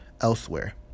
elsewhere